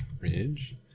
Ridge